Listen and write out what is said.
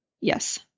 Yes